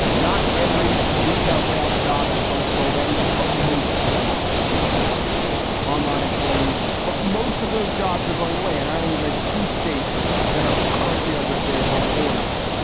not every retail sales job is going to go away, but most of them are. some can be converted to online employees, but most of those jobs are going away. and i only read two states that are currently under stay at home orders.